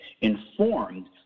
informed